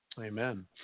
Amen